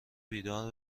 بیدار